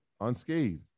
unscathed